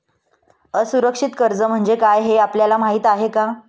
असुरक्षित कर्ज म्हणजे काय हे आपल्याला माहिती आहे का?